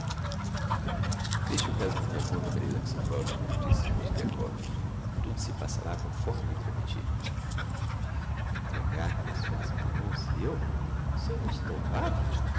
deixe o caso por minha conta maria alexandrovna disse mozgliakov tudo se passará conforme lhe prometti entregar me nas suas mãos eu o senhor é um estouvado